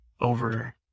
over